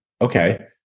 Okay